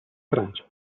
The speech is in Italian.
francia